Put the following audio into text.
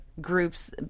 group's